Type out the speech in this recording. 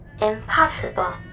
impossible